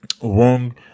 wrong